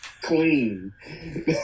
clean